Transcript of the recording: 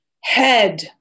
head